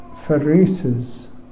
Pharisees